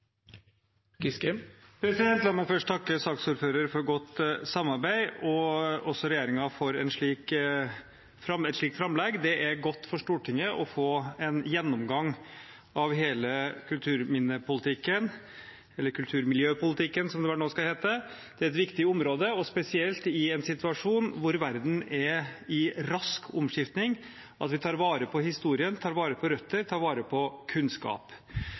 La meg først takke saksordføreren for godt samarbeid og også regjeringen for et slikt framlegg. Det er godt for Stortinget å få en gjennomgang av hele kulturminnepolitikken – eller kulturmiljøpolitikken, som det vel nå skal hete. Det er et viktig område, og spesielt i en situasjon der verden er i rask omskiftning, er det viktig at vi tar vare på historien, tar vare på røtter, tar vare på kunnskap.